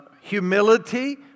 humility